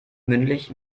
mündlich